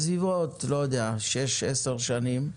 בסביבות, לא יודע, שש, עשר שנים.